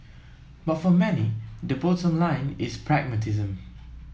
but for many the bottom line is pragmatism